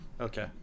Okay